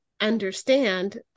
understand